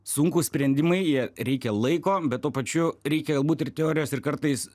sunkūs sprendimai reikia laiko bet tuo pačiu reikia galbūt ir teorijos ir kartais